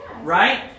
right